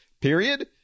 period